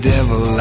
devil